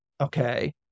Okay